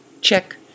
check